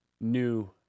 New